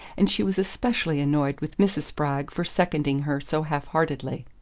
and she was especially annoyed with mrs. spragg for seconding her so half-heartedly.